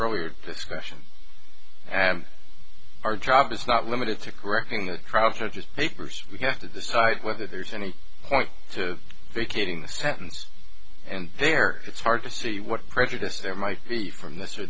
earlier discussion and our job is not limited to correcting the prophet just papers we have to decide whether there's any point to vacating the sentence and there it's hard to see what prejudice there might be from this or